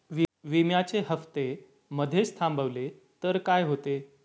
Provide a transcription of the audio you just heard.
विम्याचे हफ्ते मधेच थांबवले तर काय होते?